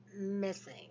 Missing